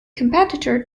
competitor